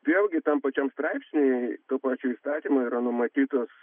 vėlgi tam pačiam straipsny tuo pačio įtariamo yra numatytos